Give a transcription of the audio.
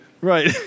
right